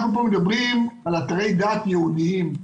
אנחנו פה מדברים על אתרי דת יהודיים.